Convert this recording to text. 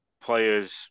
players